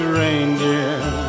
reindeer